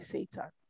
Satan